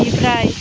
बेनिफ्राय